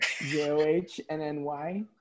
j-o-h-n-n-y